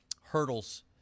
hurdles